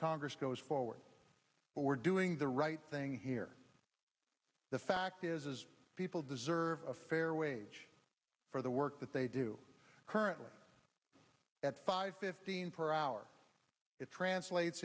congress goes forward but we're doing the right thing here the fact is people deserve a fair wage for the work that they do currently at five fifteen per hour it translates